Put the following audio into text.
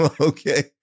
Okay